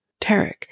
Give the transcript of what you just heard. Tarek